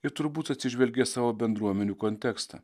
ir turbūt atsižvelgė į savo bendruomenių kontekstą